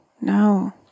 No